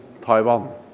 Taiwan